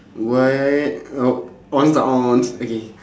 why oh onz tak onz okay